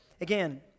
Again